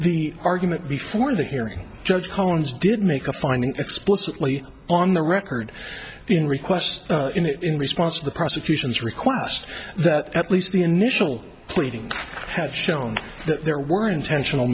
the argument before the hearing judge collins did make a finding explicitly on the record in request in response to the prosecution's request that at least the initial pleadings had shown that there were intentional